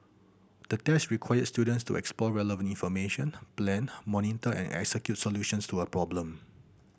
the test required students to explore relevant information plan monitor and execute solutions to a problem